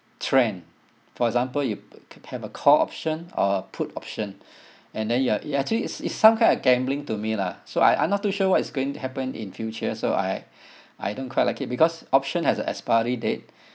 trend for example you ca~ have a call option or put option and then you're it actually it's it's some kind of gambling to me lah so I I'm not too sure what is going happen in future so I I don't quite like it because option has an expiry date